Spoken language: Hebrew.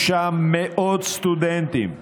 יש שם מאות סטודנטים ישראלים,